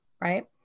right